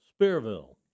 Spearville